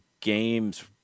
games